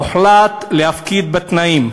הוחלט להפקיד בתנאים.